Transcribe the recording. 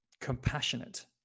compassionate